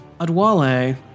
Adwale